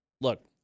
Look